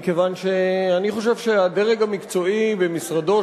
מכיוון שאני חושב שהדרג המקצועי במשרדו,